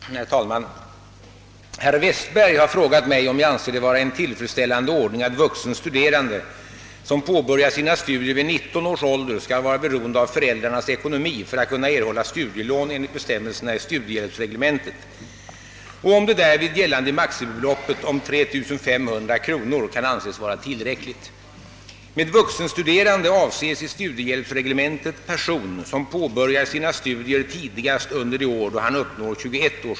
Herr talman! Herr Westberg har frågat mig om jag anser det vara en tillfredsställande ordning att vuxen studerande som påbörjat sina studier vid 19 års ålder skall vara beroende av föräldrarnas ekonomi för att kunna erhålla studielån enligt bestämmelserna i studiehjälpsreglementet och om det därvid gällande maximibeloppet om 3 500 kronor kan anses vara tillräckligt.